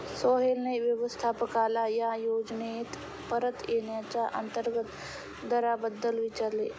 सोहेलने व्यवस्थापकाला या योजनेत परत येण्याच्या अंतर्गत दराबद्दल विचारले